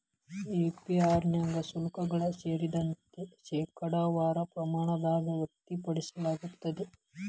APR ನ್ಯಾಗ ಶುಲ್ಕಗಳು ಸೇರಿದಂತೆ, ಶೇಕಡಾವಾರ ಪ್ರಮಾಣದಾಗ್ ವ್ಯಕ್ತಪಡಿಸಲಾಗ್ತದ